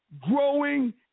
growing